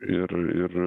ir ir